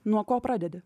nuo ko pradedi